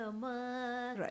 Right